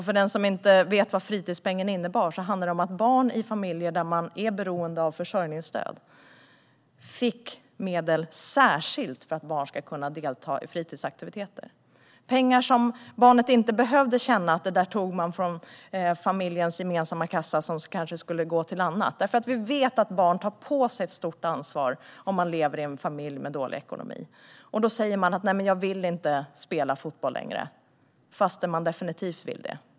För den som inte vet vad fritidspengen innebar handlade det om att barn i familjer som är beroende av försörjningsstöd fick medel särskilt för att kunna delta i fritidsaktiviteter. Detta var pengar som barnet inte behövde känna togs från familjens gemensamma kassa, som kanske skulle gå till annat. Vi vet nämligen att barn tar på sig ett stort ansvar om de lever i en familj med dålig ekonomi. De säger att de inte vill spela fotboll längre, trots att de definitivt vill det.